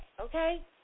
okay